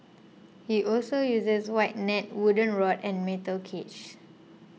he also uses wide nets wooden rod and metal cages